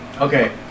Okay